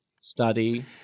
study